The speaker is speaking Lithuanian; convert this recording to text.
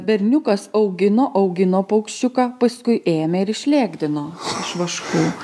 berniukas augino augino paukščiuką paskui ėmė ir išlėkdino iš vaškų